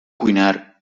cuinar